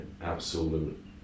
absolute